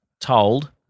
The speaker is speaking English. Told